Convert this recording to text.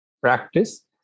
practice